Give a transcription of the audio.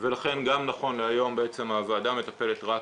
ולכן גם נכון להיום הוועדה מטפלת רק